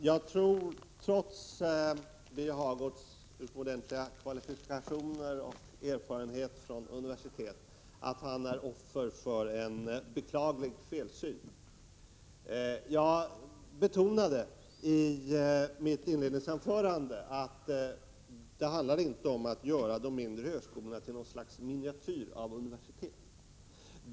Fru talman! Trots Birger Hagårds utomordentliga kvalifikationer och erfarenhet från universitet tror jag att han är offer för en beklaglig felsyn. Jag betonade i mitt inledningsanförande att det inte handlade om att göra de mindre högskolorna till något slags miniatyrer av universitet.